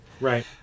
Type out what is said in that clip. Right